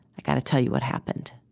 i gotta tell you what happened.